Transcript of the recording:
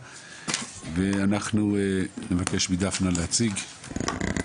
אנחנו נבקש מדפנה להציג.